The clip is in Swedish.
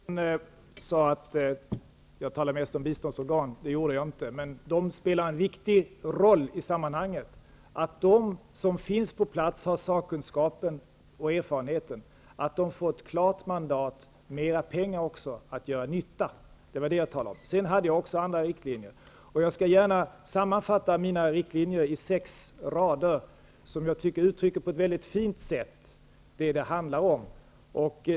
Herr talman! Utrikesministern sade att jag talade mest om biståndsorgan. Det gjorde jag inte, men de spelar en viktig roll i sammanhanget. Att de som finns på plats har sakkunskap och erfarenhet, att de får ett klart mandat, och också mera pengar, att göra nytta -- det var vad jag talade om. Sedan hade jag också andra riktlinjer. Jag skall gärna sammanfatta mina riktlinjer i några rader, som jag tycker på ett mycket fint sätt uttrycker vad det handlar om.